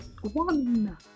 one